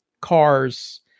cars